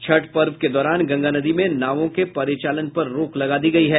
छठ पर्व के दौरान गंगा नदी में नावों के परिचालन पर रोक लगा दी गयी है